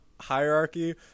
hierarchy